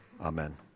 Amen